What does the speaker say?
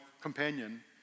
companion